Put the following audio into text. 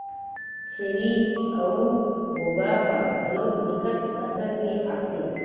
छेरीय अऊ बोकरा ह घलोक बिकट नसल के आथे